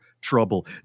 trouble